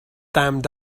damned